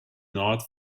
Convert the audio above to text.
not